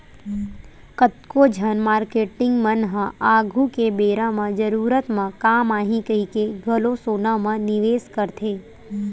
कतको झन मारकेटिंग मन ह आघु के बेरा म जरूरत म काम आही कहिके घलो सोना म निवेस करथे